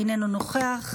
אינו נוכח,